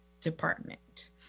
department